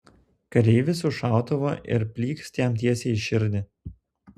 kareivis už šautuvo ir plykst jam tiesiai į širdį